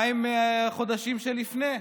מה עם החודשים שלפני כן?